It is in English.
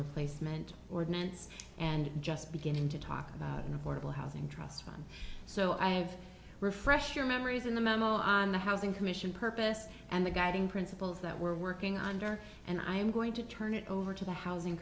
replacement ordinance and just beginning to talk about an affordable housing trust fund so i have refresh your memories in the memo on the housing commission purpose and the guiding principles that we're working on her and i'm going to turn it over to the housing